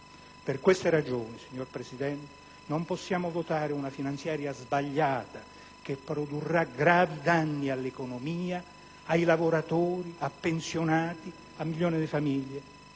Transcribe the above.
Per queste ragioni, signor Presidente, non possiamo votare una finanziaria sbagliata che produrrà gravi danni all'economia, ai lavoratori, ai pensionati e a milioni di famiglie